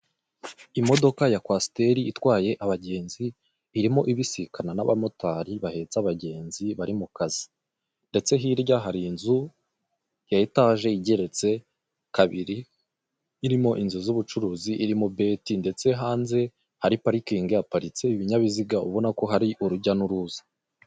Imodoka ya kwasiteri itwaye abagenzi irimo ibisikana n'abamotari bahetse abagenzi bari mu kazi, ndetse hirya hari inzu ya etage igeretse kabiri. Irimo inzu z'ubucuruzi, irimo beti ndetse hanze hari parikingi, haparitse ibinyabiziga ubona ko hari urujya n'uruza.